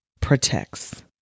protects